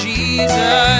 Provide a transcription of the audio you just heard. Jesus